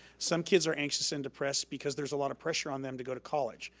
some kids are anxious and depressed because there's a lot of pressure on them to go to college,